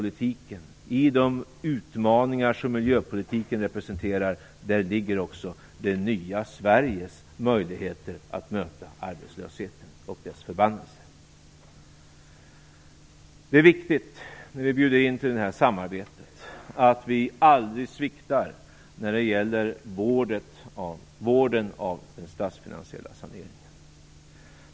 I de utmaningar som miljöpolitiken representerar ligger också det nya Sveriges möjligheter att möta arbetslöshetens förbannelse. Det är när vi bjuder in till detta samarbete viktigt att vi aldrig sviktar i vården av den statsfinansiella saneringen.